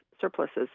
surpluses